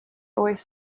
always